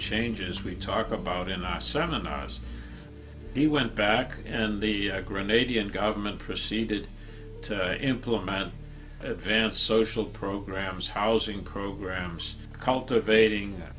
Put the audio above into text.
changes we talk about in our seminars he went back and the grenadian government proceeded to implement advanced social programs housing programs cultivating